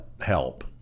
help